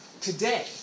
today